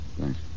Thanks